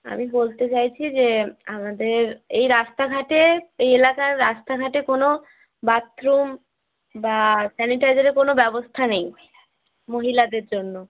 আমি বলতে চাইছি যে আমাদের এই রাস্তাঘাটে এই এলাকার রাস্তাঘাটে কোনো বাথরুম বা স্যানিটাইজারের কোনো ব্যবস্থা নেই মহিলাদের জন্য